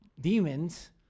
demons